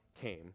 came